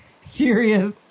serious